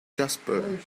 jasper